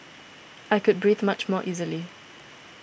I could breathe much more easily